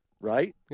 Right